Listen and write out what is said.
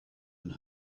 and